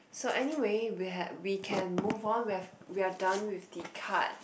so anyway we hav~ we can move on we have we are done with the card